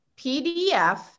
PDF